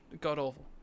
god-awful